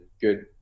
good